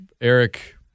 Eric